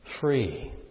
free